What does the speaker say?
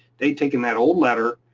they'd taken that old letter,